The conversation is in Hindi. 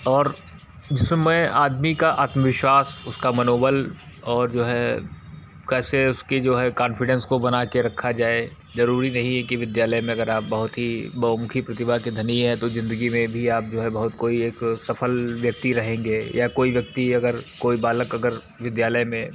और जिसमें आदमी का आत्मविश्वास उसका मनोबल और जो है कैसे उसकी जो है कान्फिडेंस को बना कर रखा जाए ज़रूरी नहीं है कि विद्यालय में आप बहुत ही बहुमुखी प्रतिभा के धनी है तो ज़िंदगी में भी आप जो है बहुत कोई एक सफल व्यक्ति रहेंगे या कोई व्यक्ति अगर कोई बालक अगर विद्यालय में